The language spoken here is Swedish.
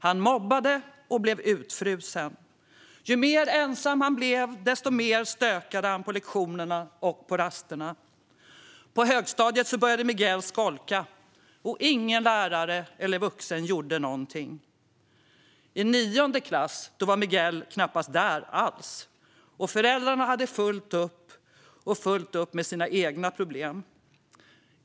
Han mobbade och blev utfrusen. Ju mer ensam han blev, desto mer stökade han på lektionerna och på rasterna. På högstadiet började Miguel skolka, och ingen lärare eller någon annan vuxen gjorde någonting. I nionde klass var Miguel knappast i skolan alls. Föräldrarna hade fullt upp med sina egna problem.